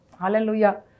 Hallelujah